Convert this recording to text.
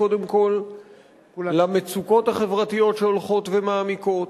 קודם כול למצוקות החברתיות שהולכות ומעמיקות,